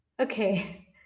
okay